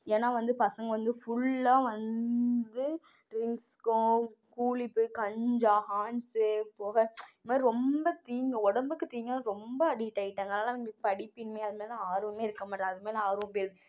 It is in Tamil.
ஏன்னா வந்து பசங்க வந்து ஃபுல்லாக வந்து ட்ரிங்க்ஸுக்கும் கூலிப்பு கஞ்சா ஹான்ஸு பொகை இந்த மாதிரி ரொம்ப தீங்கு உடம்புக்கு தீங்கானது ரொம்ப அடிக்ட் ஆகிட்டாங்க அதனால அவங்களுக்கு படிப்பின்மை அது மேலே ஆர்வமே இருக்க மாட்டுது அது மேலே ஆர்வம் போய்ருது